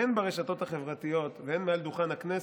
הן ברשתות החברתיות והן מעל דוכן הכנסת,